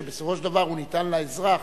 שבסופו של דבר ניתן לאזרח,